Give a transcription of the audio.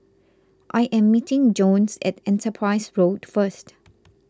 I am meeting Jones at Enterprise Road first